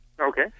Okay